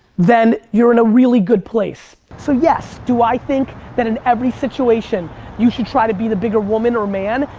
then you're in a really good place. place. so yes, do i think that in every situation you should try to be the bigger woman or man?